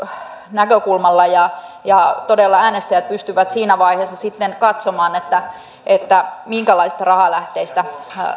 näkökulmalla ja ja todella äänestäjät pystyvät siinä vaiheessa sitten katsomaan minkälaisista rahalähteistä